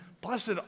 Blessed